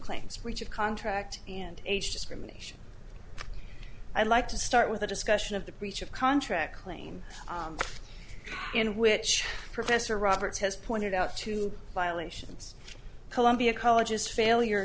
claims breach of contract and age discrimination i'd like to start with a discussion of the breach of contract claim in which professor roberts has pointed out two violations columbia college's failure